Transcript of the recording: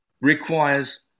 requires